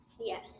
Yes